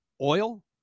oil